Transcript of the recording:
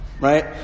Right